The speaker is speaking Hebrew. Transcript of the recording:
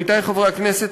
עמיתי חברי הכנסת,